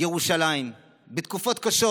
ירושלים בתקופות קשות,